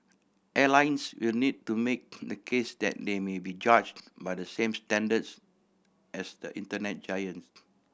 airlines will need to make the case that they may be judge by the same standards as the Internet giants